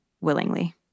willingly